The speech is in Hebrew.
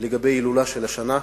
לגבי ההילולה של השנה.